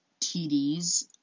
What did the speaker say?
TDs